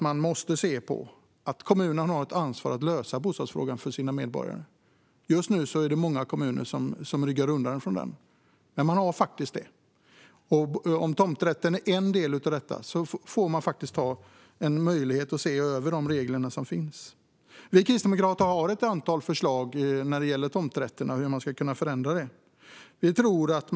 Man måste i stället se att kommunerna har ett ansvar för att lösa bostadsfrågan för sina medborgare. Just nu ryggar många kommuner undan från det. Men det har man faktiskt. Om tomträtten är en del av det får de regler som finns ses över. Vi kristdemokrater har ett antal förslag för hur man skulle kunna förändra systemet med tomträtter.